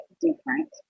different